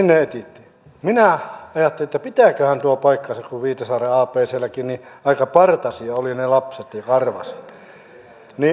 minä ajattelin että pitääköhän tuo paikkansa kun viitasaaren abclläkin aika partaisia ja karvaisia olivat ne lapset